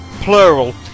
Plural